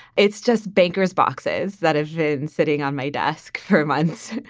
it's just banker's boxes that is and sitting on my desk for months.